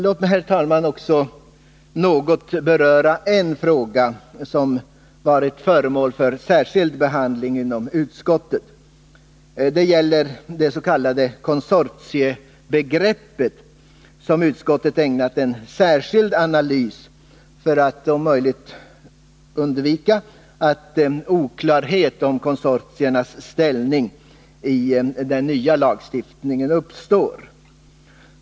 Låt mig, herr talman, något beröra en fråga som varit föremål för särskild behandling inom utskottet. Det gäller det s.k. konsortiebegreppet, som utskottet ägnat en särskild analys för att om möjligt undvika att någon oklarhet om konsortiernas ställning i den nya lagstiftningen uppstår.